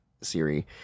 Siri